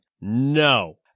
No